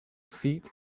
feet